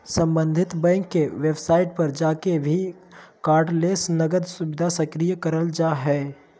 सम्बंधित बैंक के वेबसाइट पर जाके भी कार्डलेस नकद सुविधा सक्रिय करल जा हय